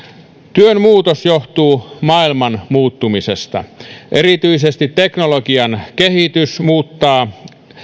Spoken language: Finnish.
työn muutos johtuu maailman muuttumisesta erityisesti teknologian kehitys muuttaa